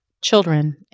children